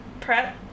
prep